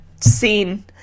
scene